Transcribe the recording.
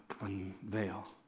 unveil